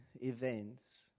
events